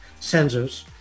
sensors